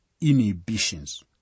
inhibitions